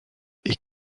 est